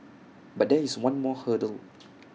but there is one more hurdle